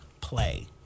play